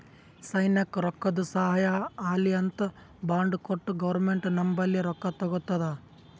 ಸೈನ್ಯಕ್ ರೊಕ್ಕಾದು ಸಹಾಯ ಆಲ್ಲಿ ಅಂತ್ ಬಾಂಡ್ ಕೊಟ್ಟು ಗೌರ್ಮೆಂಟ್ ನಂಬಲ್ಲಿ ರೊಕ್ಕಾ ತಗೊತ್ತುದ